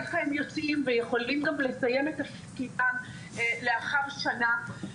ככה הם יוצאים ויכולים גם לסיים את תפקידם לאחר שנה.